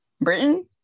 britain